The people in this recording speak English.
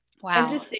Wow